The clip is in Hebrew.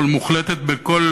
אבל מוחלטת בכול,